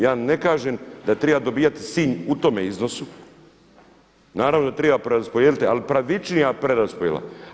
Ja ne kažem da treba dobivati Sinj u tom iznosu, naravno da treba preraspodijeliti ali pravičnija preraspodjela.